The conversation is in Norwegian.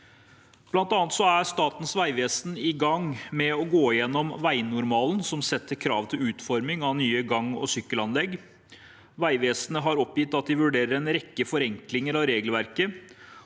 Blant annet er Statens vegvesen i gang med å gå gjennom veinormalen som setter krav til utforming av nye gang- og sykkelanlegg. Vegvesenet har oppgitt at de vurderer en rekke forenklinger av regelverket